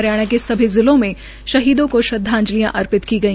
हरियाणा के सभी जिलों में शहीदों को श्रदवाजंलि अर्पित की गई